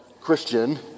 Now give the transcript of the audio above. Christian